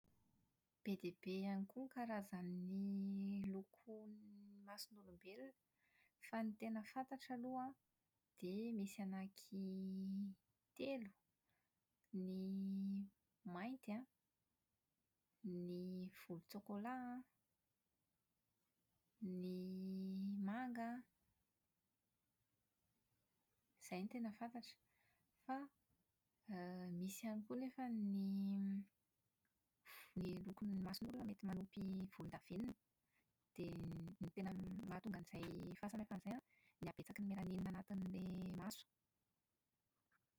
Be dia be ihany koa ny karazan'ny lokon'ny amson'olombelona, fa ny tena fantatra aloha an, dia misy ananky telo: ny mainty an, ny volontsokola an, ny manga an, izay n otena fantatra. Fa > misy ihany koa nefa ny lokon'ny mason'olona mety manopy volondavenona. Dia ny mahatonga an'izay fahasamihafana izay an, ny habetsaky ny melamine anatin'ny maso.